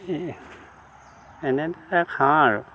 এই এনেধৰণে খাওঁ আৰু